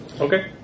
Okay